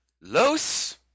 los